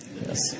Yes